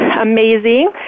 amazing